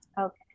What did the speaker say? okay